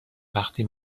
وقتی